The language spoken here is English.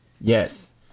Yes